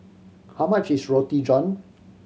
how much is Roti John